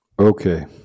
Okay